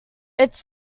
its